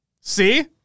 See